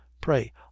Pray